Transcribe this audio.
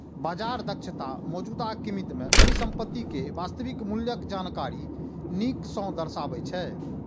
बाजार दक्षता मौजूदा कीमत मे परिसंपत्ति के वास्तविक मूल्यक जानकारी नीक सं दर्शाबै छै